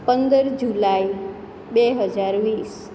પંદર જુલાઇ બે હજાર વીસ